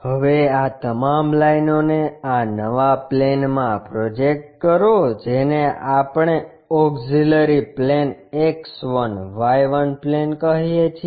હવે આ તમામ લાઇનોને આ નવા પ્લેનમાં પ્રોજેક્ટ કરો જેને આપણે auxiliary plane X 1 Y 1 plane કહીએ છીએ